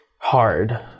hard